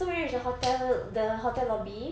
so reached the hotel the hotel lobby